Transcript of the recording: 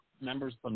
members